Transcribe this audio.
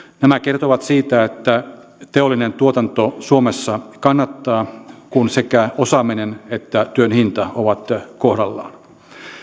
nämä kertovat siitä että teollinen tuotanto suomessa kannattaa kun sekä osaaminen että työn hinta ovat kohdallaan